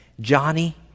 Johnny